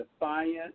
defiant